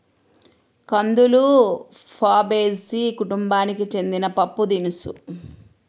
కందులు ఫాబేసి కుటుంబానికి చెందిన పప్పుదినుసు